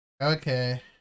okay